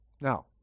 Now